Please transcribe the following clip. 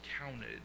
counted